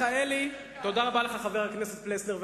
תודה רבה לך, חבר הכנסת פלסנר.